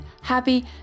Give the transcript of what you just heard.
happy